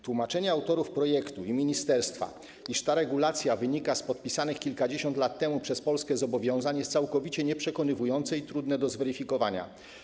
Tłumaczenie autorów projektu i ministerstwa, iż ta regulacja wynika z podpisanych kilkadziesiąt lat temu przez Polskę zobowiązań, jest całkowicie nieprzekonujące i trudne do zweryfikowania.